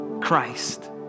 Christ